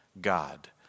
God